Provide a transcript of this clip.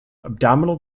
abdominal